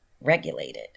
regulated